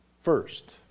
First